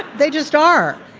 they just are.